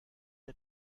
der